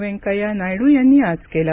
वेंकय्या नायडू यांनी आज केलं